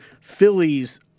Phillies